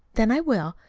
then i will.